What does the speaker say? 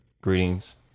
Greetings